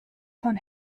von